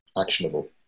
actionable